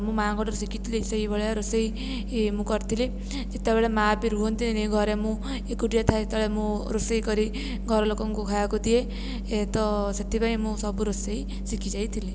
ମୁଁ ମାଆଙ୍କଠାରୁ ଶିଖିଥିଲି ସେହିଭଳିଆ ରୋଷେଇ ମୁଁ କରିଥିଲି ଯେତେବେଳେ ମାଆ ବି ରୁହନ୍ତିନି ଘରେ ମୁଁ ଏକୁଟିଆ ଥାଏ ସେତେବେଳେ ମୁଁ ରୋଷେଇ କରି ଘରଲୋକଙ୍କୁ ଖାଇବାକୁ ଦିଏ ଏ ତ ସେଥିପାଇଁ ମୁଁ ସବୁ ରୋଷେଇ ଶିଖିଯାଇଥିଲି